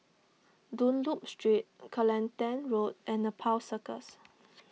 Dunlop Street Kelantan Road and Nepal Circus